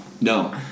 No